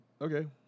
Okay